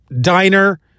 diner